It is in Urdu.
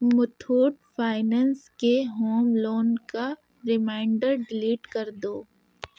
متھوٹ فائننس کے ہوم لون کا ریمائینڈر ڈیلیٹ کر دو